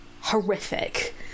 horrific